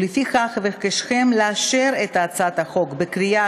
ולפיכך אבקשכם לאשר את הצעת החוק בקריאה